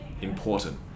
important